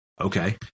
Okay